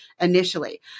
initially